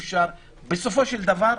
בסופו של דבר,